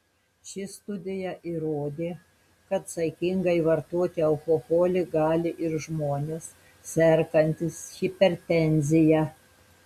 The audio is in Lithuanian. ši studija įrodė kad saikingai vartoti alkoholį gali ir žmonės sergantys hipertenzija